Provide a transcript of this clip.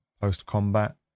post-combat